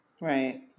Right